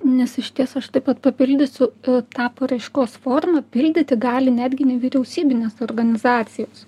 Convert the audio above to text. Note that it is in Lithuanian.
nes išties aš taip pat papildysiu tą paraiškos formą pildyti gali netgi nevyriausybinės organizacijos